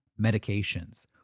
medications